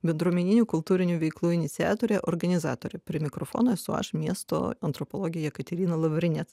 bendruomeninių kultūrinių veiklų iniciatorė organizatorė prie mikrofono esu aš miesto antropologė jekaterina lavrinec